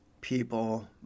people